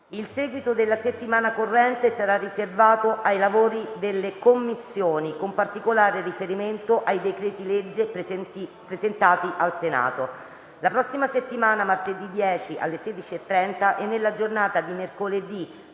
Il seguito della settimana corrente sarà riservato ai lavori delle Commissioni, con particolare riferimento ai decreti-legge presentati al Senato. La prossima settimana, martedì 10, alle ore 16,30, e nella giornata di mercoledì